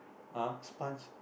ah sponge